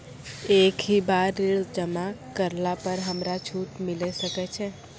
एक ही बार ऋण जमा करला पर हमरा छूट मिले सकय छै?